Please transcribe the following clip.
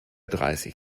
dreißig